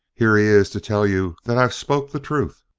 here he is to tell you that i've spoke the truth.